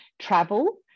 travel